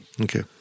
Okay